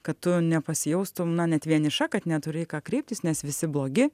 kad tu nepasijaustum na net vieniša kad neturi į ką kreiptis nes visi blogi